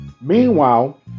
Meanwhile